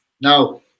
Now